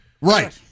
Right